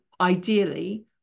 ideally